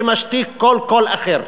שמשתיק כל קול אחר.